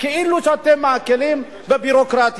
כאילו שאתם מקלים בביורוקרטיה.